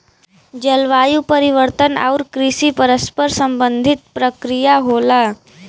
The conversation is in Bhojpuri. जलवायु परिवर्तन आउर कृषि परस्पर संबंधित प्रक्रिया होला